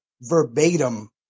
verbatim